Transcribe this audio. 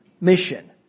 mission